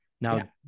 Now